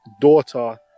daughter